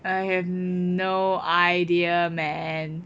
I have no idea man